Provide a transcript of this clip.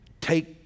Take